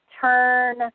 turn